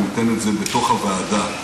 וניתן את זה בתוך הוועדה,